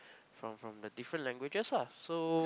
from from the different languages lah so